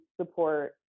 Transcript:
support